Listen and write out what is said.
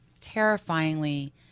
terrifyingly